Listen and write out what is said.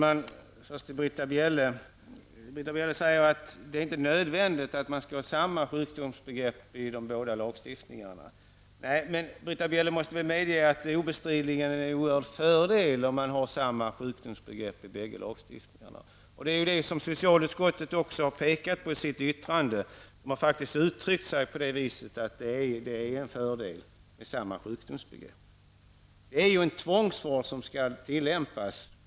Herr talman! Britta Bjelle säger att det inte är nödvändigt att ha samma sjukdomsbegrepp i de båda lagstiftningarna. Nej, men Britta Bjelle måste väl medge att det obestridligen är en oerhörd fördel om man har samma sjukdomsbegrepp i bägge lagstiftningarna. Socialutskottet har också i sitt yttrande framhållit att det är en fördel med samma sjukdomsbegrepp. Det är ju i bägge fallen en tvångsvård som skall tillämpas.